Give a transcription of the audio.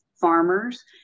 farmers